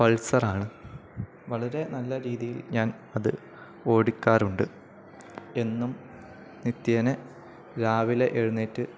പൾസറാണ് വളരെ നല്ല രീതിയിൽ ഞാൻ അത് ഓടിക്കാറുണ്ട് എന്നും നിത്യേനെ രാവിലെ എഴുന്നേറ്റ്